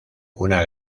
una